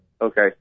okay